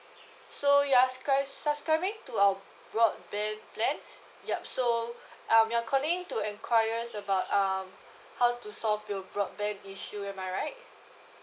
so you're subscribing to our broadband plan ya so um you're calling to enquires about um how to solve your broadband issue am I right